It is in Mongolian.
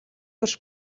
турш